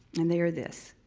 and they are this,